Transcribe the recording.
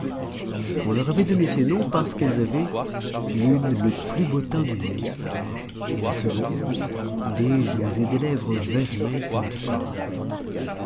on leur avait donné ces noms parce qu'elles avaient l'une le plus beau teint du monde et la seconde des joues et des lèvres vermeilles comme du corail